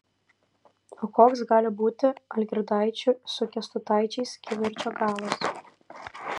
o koks gali būti algirdaičių su kęstutaičiais kivirčo galas